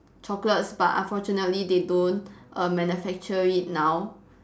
chocolates but unfortunately they don't err manufacture it now